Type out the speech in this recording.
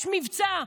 יש מבצע,